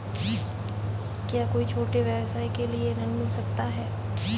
क्या कोई छोटे व्यवसाय के लिए ऋण मिल सकता है?